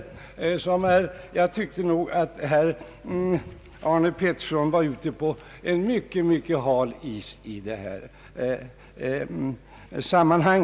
Jag tycker att herr Arne Pettersson var ute på mycket, mycket hal is i detta sammanhang.